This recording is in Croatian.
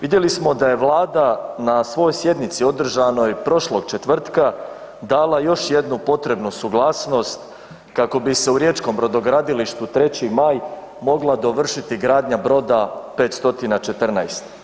Vidjeli smo da je Vlada na svojoj sjednici održanoj prošlog četvrtka dala još jednu potrebnu suglasnost kako bi se u riječkom brodogradilištu 3. Maj mogla dovršiti gradnja broda 514.